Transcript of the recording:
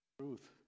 Truth